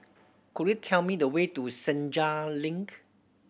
could you tell me the way to Senja Link